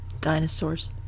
Dinosaurs